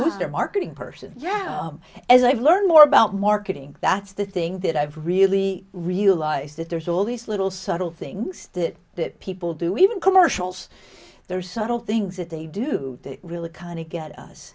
like their marketing person yeah as i've learned more about marketing that's the thing that i've really realized that there's all these little subtle things that people do even commercials there are subtle things that they do to really kind of get us